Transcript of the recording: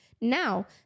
Now